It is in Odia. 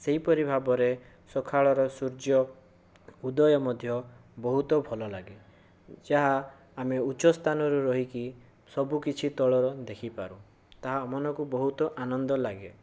ସେହିପରି ଭାବରେ ସଖାଳର ସୂର୍ଯ୍ୟ ଉଦୟ ମଧ୍ୟ ବହୁତ ଭଲଲାଗେ ଯାହା ଆମେ ଉଚ୍ଚସ୍ଥାନରେ ରହିକି ସବୁକିଛି ତଳର ଦେଖିପାରୁ ତାହା ମନକୁ ବହୁତ ଆନନ୍ଦ ଲାଗେ